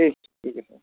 ঠিক ঠিক আছে